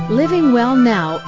livingwellnow